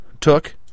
took